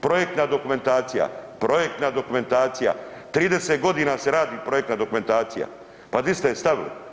Projektna dokumentacija, projektna dokumentacija, 30.g. se radi projektna dokumentacija, pa di ste je stavili?